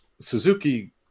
Suzuki